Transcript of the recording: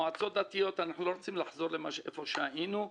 במועצות הדתיות אנחנו לא רוצים לחזור למקום שהיינו בו,